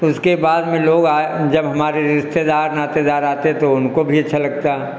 तो इसके बाद में लोग आए जब हमारे रिश्तेदार नातेदार आते तो उनको भी अच्छा लगता